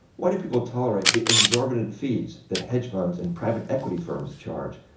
why do people tolerate the exorbitant fees that hedge funds and private equity firms charge?